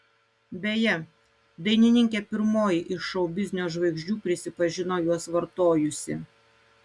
beje dainininkė pirmoji iš šou biznio žvaigždžių prisipažino juos vartojusi